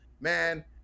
man